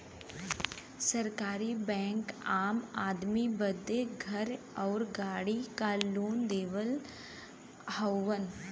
सरकारी बैंक आम आदमी बदे घर आउर गाड़ी पर लोन देवत हउवन